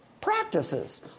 practices